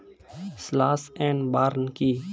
Slash and burn কি?